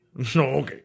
Okay